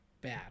bad